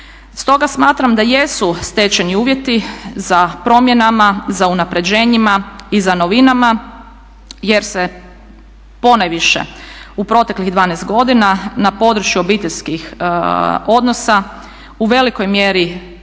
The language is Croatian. Stoga smatram da jesu stečeni uvjeti za promjenama, za unapređenjima i za novinama jer se ponajviše u proteklih 12 godina na području obiteljskih odnosa u velikoj mjeri